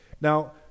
Now